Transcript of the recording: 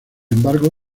embargo